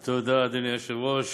תודה, אדוני היושב-ראש.